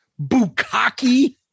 Bukaki